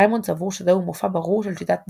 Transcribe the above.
רימונד סבור שזהו מופע ברור של שיטת דלפי,